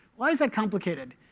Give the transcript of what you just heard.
why is that complicated?